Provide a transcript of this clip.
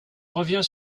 reviens